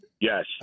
Yes